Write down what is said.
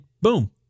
boom